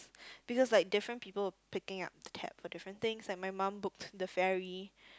because like different people picking up the tab for different things and my mom booked the ferry